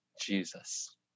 Jesus